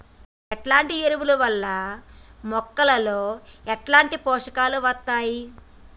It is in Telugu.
ఎట్లాంటి ఎరువుల వల్ల మొక్కలలో ఎట్లాంటి పోషకాలు వత్తయ్?